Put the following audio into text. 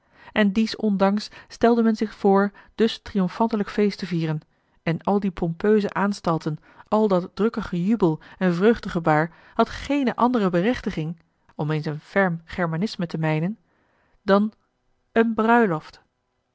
en dies ondanks stelde men zich voor dus triomfantelijk feest te vieren en al die pompeuse aanstalten al dat drukke gejubel en vreugdegebaar had geene andere berechtiging om eens een ferm germanisme te mijnen dan eene bruiloft